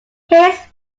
his